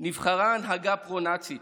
נבחרה הנהגה פרו-נאצית,